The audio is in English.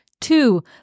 Two